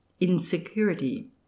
Insecurity